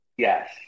yes